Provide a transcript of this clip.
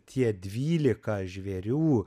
tie dvylika žvėrių